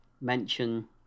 mention